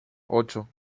ocho